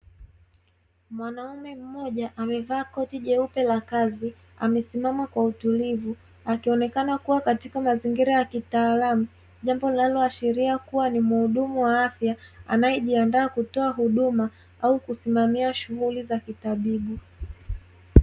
Mwanaume mmoja amevaa koti jeupe la kazi, amesimama kwa utulivu akionekana kuwa katika mazingira ya kitaalamu. Jambo linaloashiria kuwa ni muhudumu wa afya, anayejiandaa kutoa huduma au kusimamia shughuli za kitabibu.